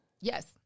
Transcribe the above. yes